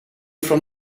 from